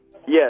Yes